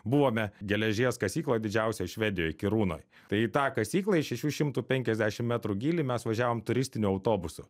buvome geležies kasykloj didžiausioj švedijoj kirūnoj tai į tą kasyklą į šešių šimtų penkiasdešim metrų gylį mes važiavom turistiniu autobusu